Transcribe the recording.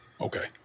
Okay